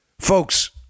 Folks